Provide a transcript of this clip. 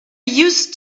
used